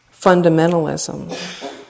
fundamentalism